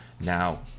now